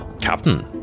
Captain